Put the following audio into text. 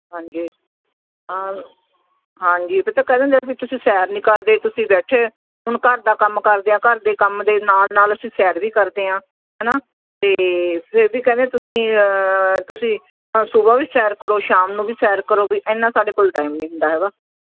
ਹਾਂਜੀ ਹਾਂ ਹਾਂਜੀ ਫਿਰ ਤਾਂ ਕਹਿ ਦਿੰਦੇ ਵੀ ਤੁਸੀਂ ਸੈਰ ਨਹੀਂ ਕਰਦੇ ਤੁਸੀਂ ਬੈਠੇ ਹੁਣ ਘਰ ਦਾ ਕੰਮ ਕਰਦੇ ਆ ਘਰ ਦੇ ਕੰਮ ਦੇ ਨਾਲ ਨਾਲ ਅਸੀਂ ਸੈਰ ਵੀ ਕਰਦੇ ਹਾਂ ਹੈ ਨਾ ਅਤੇ ਫਿਰ ਵੀ ਕਹਿੰਦੇ ਤੁਸੀਂ ਤੁਸੀਂ ਸੁਬਾਹ ਵੀ ਸੈਰ ਕਰੋ ਸ਼ਾਮ ਨੂੰ ਵੀ ਸੈਰ ਕਰੋ ਕੋਈ ਇੰਨਾ ਸਾਡੇ ਕੋਲ ਟਾਈਮ ਨਹੀਂ ਹੁੰਦਾ ਹੈਗਾ